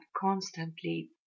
constantly